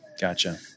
Gotcha